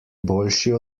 boljši